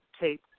tape